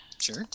Sure